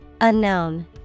Unknown